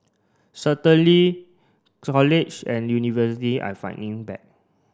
certainly college and university are fighting back